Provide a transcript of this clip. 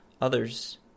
Others